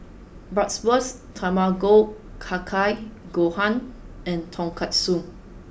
Bratwurst Tamago Kake Gohan and Tonkatsu